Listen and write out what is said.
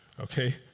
Okay